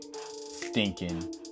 stinking